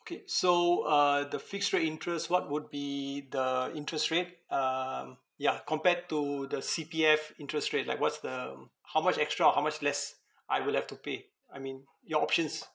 okay so uh the fixed rate interest what would be the interest rate um yeah compared to the C_P_F interest rate like what's the um how much extra or how much less I will have to pay I mean your options